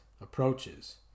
approaches